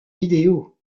vidéos